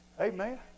Amen